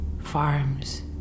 farms